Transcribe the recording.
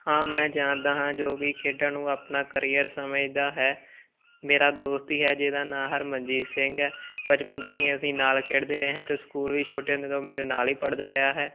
ਹਾਂ ਮੈਂ ਜਾਣਦਾ ਹਾਂ ਜੋ ਕਿ ਖੇਡਣ ਨੂੰ ਆਪਣਾ ਕਰੀਅਰ ਸਮਝਦਾ ਹੈ ਮੇਰਾ ਦੋਸਤ ਹੀ ਹੈ ਜਿਹਦਾ ਨਾਂ ਹਰਮਨਜੀਤ ਸਿੰਘ ਹੈ ਬਚਪਨ ਤੋਂ ਹੀ ਅਸੀਂ ਨਾਲ ਖੇਡਦੇ ਰਹੇ ਹਾਂ ਅਤੇ ਸਕੂਲ ਵੀ ਛੋਟੇ ਹੁੰਦੇ ਤੋਂ ਮੇਰੇ ਨਾਲ ਹੀ ਪੜ੍ਹਦਾ ਰਿਹਾ ਹੈ